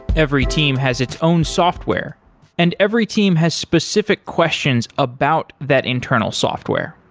every team has its own software and every team has specific questions about that internal software.